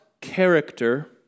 character